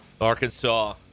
Arkansas